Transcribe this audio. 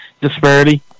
disparity